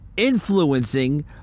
Influencing